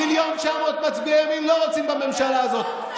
מיליון ו-900,000 מצביעי ימין לא רוצים בממשלה הזאת.